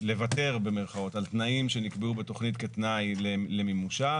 "לוותר" על תנאים שנקבעו בתוכנית כתנאי למימושה.